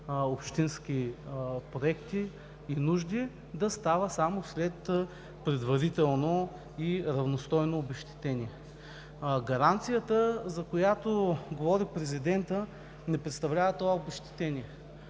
общински проекти и нужди да става само след предварително и равностойно обезщетение. Гаранцията, за която говори президентът, не представлява това обезщетение.